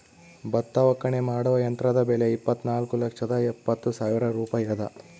ಭತ್ತ ಒಕ್ಕಣೆ ಮಾಡುವ ಯಂತ್ರದ ಬೆಲೆ ಇಪ್ಪತ್ತುನಾಲ್ಕು ಲಕ್ಷದ ಎಪ್ಪತ್ತು ಸಾವಿರ ರೂಪಾಯಿ ಅದ